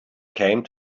came